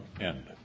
end